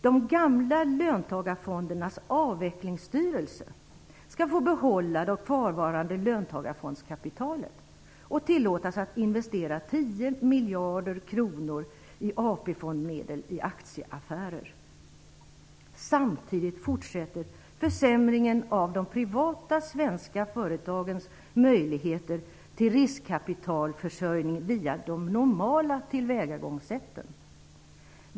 De gamla löntagarfondernas avvecklingsstyrelse skall få behålla det kvarvarande löntagarfondskapitalet och tillåtas att investera 10 miljarder kronor i AP-fondsmedel i aktieaffärer. Samtidigt fortsätter försämringen av de privata svenska företagens möjligheter till riskkapitalförsörjning via de normala tillvägagångssätten.